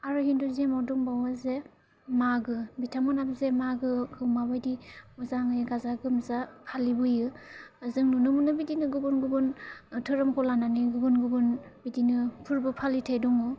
आरो हिन्दुजिमाव दंबावो जे मागो बिथांमोनानो जे मागोखौ माबायदि मोजाङै गाजा गोमजा फालिबोयो जों नुनो मोनो बिदिनो गुबुन गुबुन दोहोरोमखौ लानानै गुबुन गुबुन बिदिनो फोरबो फालिथाइ दङ